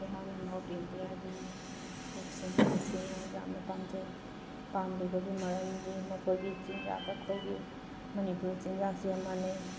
ꯑꯩꯍꯥꯛꯅ ꯅꯣꯔꯠ ꯏꯟꯗꯤꯌꯥꯒꯤ ꯄꯣꯠꯁꯤꯡ ꯑꯁꯤꯅ ꯌꯥꯝꯅ ꯄꯥꯝꯖꯩ ꯄꯥꯝꯂꯤꯕꯒꯤ ꯃꯔꯝꯗꯤ ꯃꯈꯣꯏꯒꯤ ꯆꯤꯟꯖꯥꯛ ꯀꯛꯄꯒꯤ ꯃꯅꯤꯄꯨꯔ ꯆꯤꯟꯖꯥꯛꯁꯤꯒ ꯃꯥꯟꯅꯩ